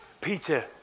Peter